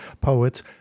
poets